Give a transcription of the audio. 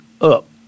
up